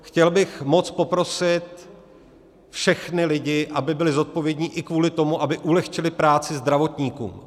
Chtěl bych moc poprosit všechny lidi, aby byli zodpovědní i kvůli tomu, aby ulehčili práci zdravotníkům.